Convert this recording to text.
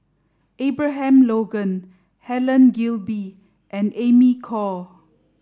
Abraham Logan Helen Gilbey and Amy Khor